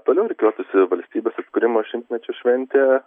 toliau rikiuotųsi valstybės atkūrimo šimtmečio šventė